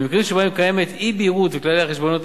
במקרים שבהם קיימת אי-בהירות וכללי החשבונאות